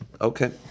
Okay